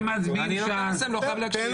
אני נותן לו לסיים, לא חייב להקשיב.